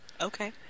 Okay